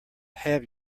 have